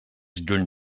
lluny